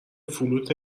فلوت